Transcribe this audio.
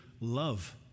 love